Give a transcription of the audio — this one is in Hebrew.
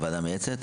הוועדה המייעצת?